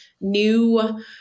new